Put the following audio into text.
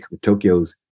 tokyo's